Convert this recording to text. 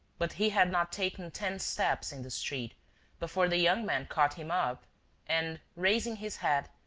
but he had not taken ten steps in the street before the young man caught him up and, raising his hat,